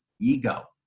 ego